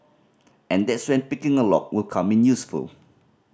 and that's when picking a lock will come in useful